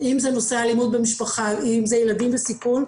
אם זה נושא אלימות במשפחה, אם זה ילדים בסיכון.